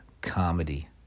comedy